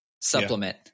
supplement